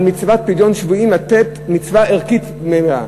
על פדיון שבויים לתת מצווה ערכית מלאה.